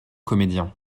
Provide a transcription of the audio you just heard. comédien